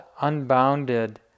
unbounded